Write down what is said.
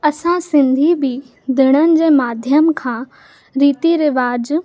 असां सिंधी बि ॾिणनि जे माध्यम खां रीति रिवाज़